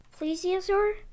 plesiosaur